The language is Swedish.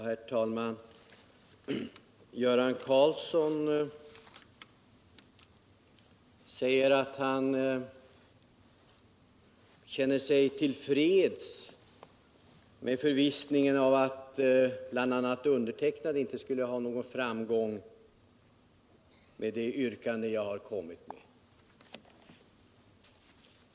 Herr talman! Göran Karlsson säger att han känner sig till freds i förvissning omatt jag inte skulle ha någon framgång med det yrkande jag har ställt.